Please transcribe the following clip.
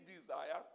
desire